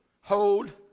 hold